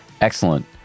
excellent